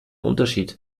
unterschied